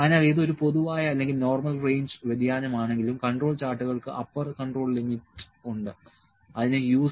അതിനാൽ ഇത് ഒരു പൊതുവായ അല്ലെങ്കിൽ നോർമൽ റേഞ്ച് വ്യതിയാനമാണെങ്കിലും കൺട്രോൾ ചാർട്ടുകൾക്ക് അപ്പർ കൺട്രോൾ ലിമിറ്റ് ഉണ്ട് അതിന് U